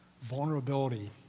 Vulnerability